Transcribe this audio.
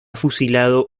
fusilado